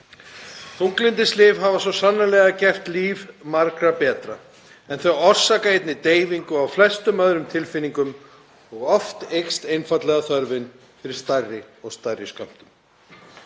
Þunglyndislyf hafa svo sannarlega gert líf margra betra en þau orsaka einnig deyfingu á flestum öðrum tilfinningum og oft eykst einfaldlega þörfin fyrir stærri og stærri skömmtun.